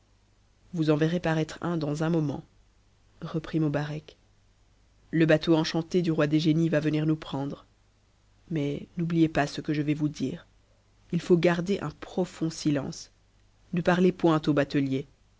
vous en verrez parattre un dans un moment reprit mobarec le bateau enchanté du roi des génies va venir nous prendre mais n'oubliez pas ce que je vais vous dire il faut garder un profond silence ne parlez point au batelier